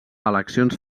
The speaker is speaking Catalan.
eleccions